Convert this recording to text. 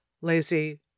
lazy